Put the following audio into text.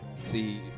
See